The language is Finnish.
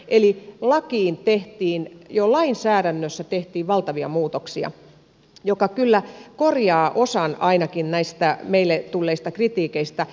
eli jo lainsäädännössä tehtiin valtavia muutoksia jotka kyllä korjaavat osan ainakin näistä meille tulleista kritiikeistä